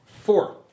Four